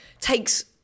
takes